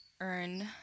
earn